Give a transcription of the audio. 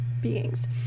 beings